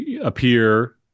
appear